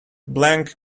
blank